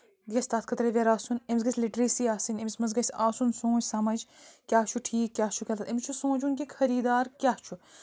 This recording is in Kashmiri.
یہِ گِژھِ تَتھ خٲطرٕ ایٚویر آسُن أمِس گَژھ لِٹریسی آسٕنۍ أمس منٛز گَژھِ آسُن سُہ سونٛچھان سمجھ کیٚاہ چھُ ٹھیٖک کیٛاہ چھُ غلط أمِس چھُ چھُ سونٛچُن کہِ خٔری دار کیٛاہ چھُ